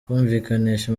kumvikanisha